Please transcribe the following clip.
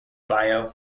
bayeux